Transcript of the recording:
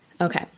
Okay